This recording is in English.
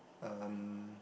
um